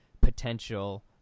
potential